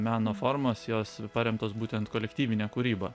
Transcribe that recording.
meno formas jos paremtos būtent kolektyvine kūryba